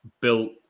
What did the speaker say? built